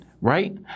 right